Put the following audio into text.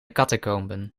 catacomben